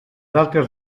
altres